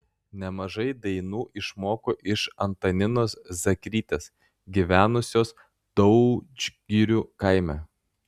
nemažai dainų išmoko iš antaninos zakrytės gyvenusios daudžgirių kaime